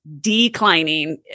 declining